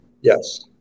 Yes